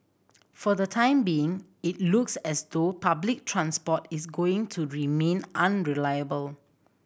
for the time being it looks as though public transport is going to remain unreliable